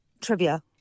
trivia